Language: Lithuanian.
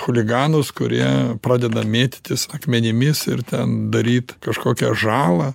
chuliganus kurie pradeda mėtytis akmenimis ir ten daryt kažkokią žalą